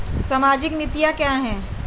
सामाजिक नीतियाँ क्या हैं?